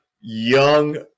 young